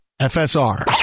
FSR